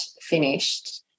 finished